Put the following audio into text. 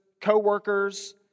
co-workers